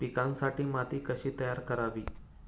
पिकांसाठी माती कशी तयार करावी?